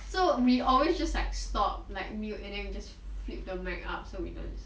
so we always just like stop like mute and then we just flip the mic up so we don't listen